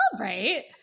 right